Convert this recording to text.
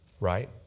Right